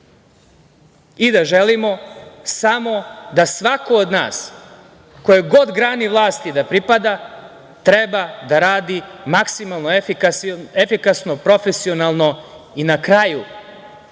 i da želimo samo da svako od nas, kojoj god grani vlasti da pripada, treba da radi maksimalno efikasno, profesionalno i na kraju,